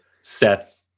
Seth